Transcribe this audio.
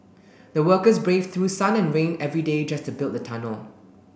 the workers braved through sun and rain every day just to build the tunnel